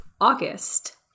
August